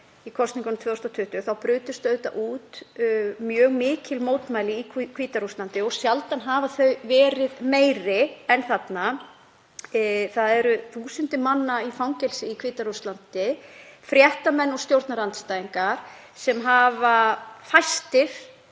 í kosningunum 2020 brutust út mjög mikil mótmæli í Hvíta-Rússlandi og sjaldan hafa þau verið meiri. Það eru þúsundir manna í fangelsi í Hvíta-Rússlandi, fréttamenn og stjórnarandstæðingar, sem hafa fæstir